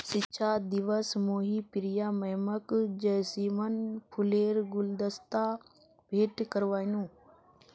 शिक्षक दिवसत मुई प्रिया मैमक जैस्मिन फूलेर गुलदस्ता भेंट करयानू